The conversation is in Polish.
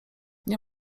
nie